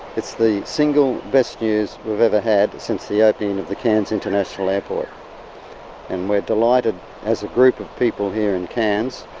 it's the single best news we've ever had since the ah opening of the cairns international airport and we're delighted as a group of people here in cairns,